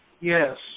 Yes